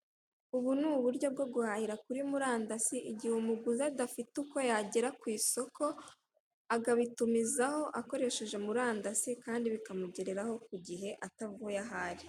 Ubu ni uburyo bwao guhahira kuri murandasi, igihe umuguzi adafite uko yagera ku isoko, akabitumizaho akoresheje murandasi kandi bikamugereraho ku gihe atavuye aho ari.